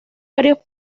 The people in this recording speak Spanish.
varios